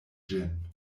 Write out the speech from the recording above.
ĝin